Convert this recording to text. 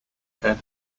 ted